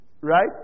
right